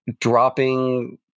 dropping